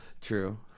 True